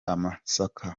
amasaka